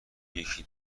یکی